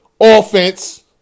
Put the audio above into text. offense